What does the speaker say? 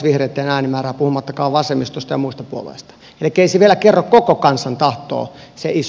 elikkä ei se iso äänimäärä vielä kerro koko kansan tahtoa